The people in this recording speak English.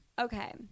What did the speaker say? Okay